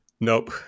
Nope